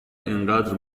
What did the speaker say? اینقدر